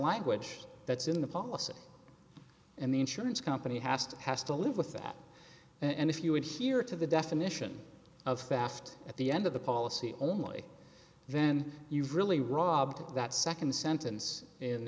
language that's in the policy and the insurance company has to has to live with that and if you would hear to the definition of fast at the end of the policy only then you've really robbed that second sentence in